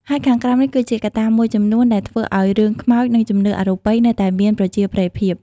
ហើយខាងក្រោមនេះគឺជាកត្តាមួយចំនួនដែលធ្វើឲ្យរឿងខ្មោចនិងជំនឿអរូបីនៅតែមានប្រជាប្រិយភាព។